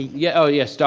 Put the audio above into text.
yeah oh, yes,